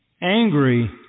angry